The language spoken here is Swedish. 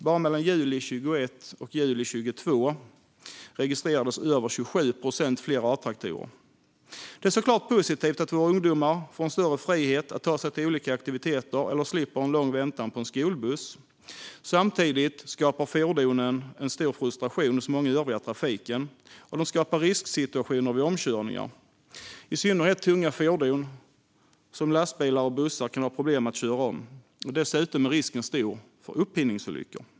Bara mellan juli 2021 och juli 2022 registrerades över 27 procent fler A-traktorer. Det är såklart positivt att våra ungdomar får en större frihet att ta sig till olika aktiviteter eller slipper en lång väntan på en skolbuss. Samtidigt skapar fordonen stor frustation hos många övriga i trafiken, och de skapar risksituationer vid omkörningar. I synnerhet tunga fordon som lastbilar och bussar kan ha problem att köra om. Dessutom är risken för så kallade upphinningsolyckor stor.